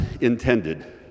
intended